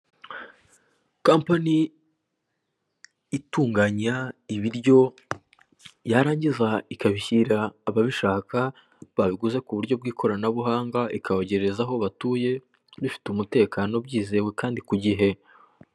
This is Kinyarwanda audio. Kampani itunganya ibiryo yarangiza ikabishyira ababishaka babiguze ku buryo bw'ikoranabuhanga; ikabibagereza aho batuye bifite umutekano, byizewe, kandi ku gihe.